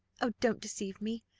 oh, don't deceive me,